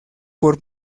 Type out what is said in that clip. por